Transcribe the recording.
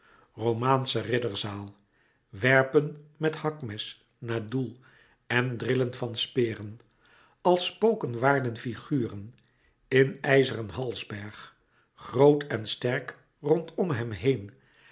romaansche ridderzaal werpen met hakmes naar doel en drillen van speren als spoken waarden figuren in ijzeren halsberg groot en sterk rondom hem heen